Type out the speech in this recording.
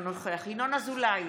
אינו נוכח ינון אזולאי,